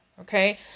okay